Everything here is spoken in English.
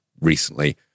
recently